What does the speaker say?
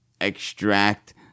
extract